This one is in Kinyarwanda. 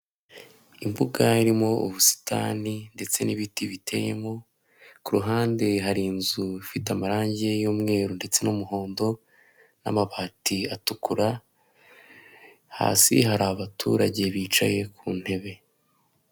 Imbuga irimo ubusitani ndetse n'ibiti biteyemo, ku ruhande hari inzu ifite amarangi y'umweru ndetse n'umuhondo n'amabati atukura, hasi hari abaturage bicaye ku ntebe.